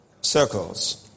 circles